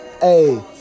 Hey